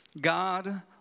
God